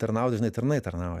tarnauti žinai tarnai tarnauja